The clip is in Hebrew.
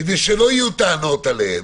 כדי שלא יהיו טענות אליהם.